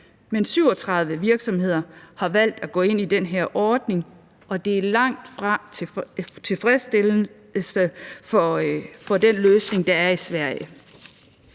Men 37 virksomheder har valgt at gå ind i den her ordning, og det er langtfra tilfredsstillende for den løsning, der er i Sverige.